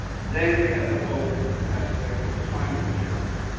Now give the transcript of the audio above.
then you have the whole aspect of climate change.